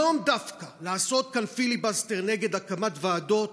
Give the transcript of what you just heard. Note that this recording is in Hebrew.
היום דווקא, לעשות כאן פיליבסטר נגד הקמת ועדות,